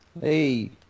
Hey